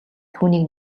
түүнийг